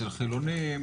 אצל חילונים,